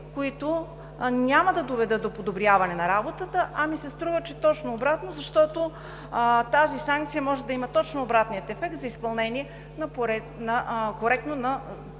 които няма да доведат до подобряване на работата, а ми се струва, че ще е точно обратното, защото тази санкция може да има точно обратния ефект за коректно изпълнение